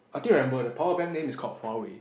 I think I remember the power bank name is called Huawei